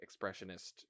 expressionist